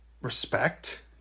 respect